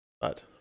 But-